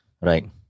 right